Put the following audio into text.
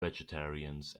vegetarians